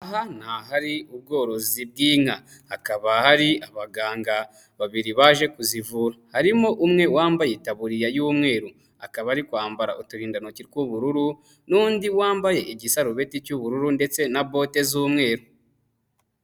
Aha ni ahari ubworozi bw'inka. Hakaba hari abaganga babiri baje kuzivura. Harimo umwe wambaye itaburiya y'umweru, akaba ari kwambara uturindantoki tw'ubururu n'undi wambaye igisarubeti cy'ubururu ndetse na bote z'umweru.